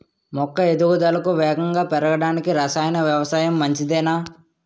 మొక్క ఎదుగుదలకు వేగంగా పెరగడానికి, రసాయన వ్యవసాయం మంచిదేనా?